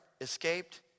escaped